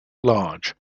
large